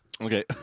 Okay